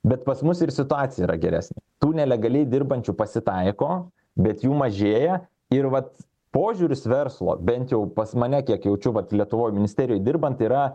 bet pas mus ir situacija yra geresnė tų nelegaliai dirbančių pasitaiko bet jų mažėja ir vat požiūris verslo bent jau pas mane kiek jaučiu vat lietuvoj ministerijoj dirbant yra